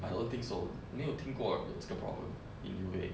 I don't think so 你有听有这个 problem in a way